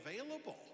available